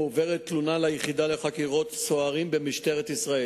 מועברת תלונה ליחידה לחקירות סוהרים במשטרת ישראל,